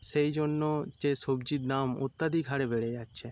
সেই জন্য যে সবজির দাম অত্যাধিক হারে বেড়ে যাচ্ছে